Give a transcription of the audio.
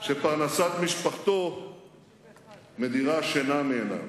שפרנסת משפחתו מדירה שינה מעיניו.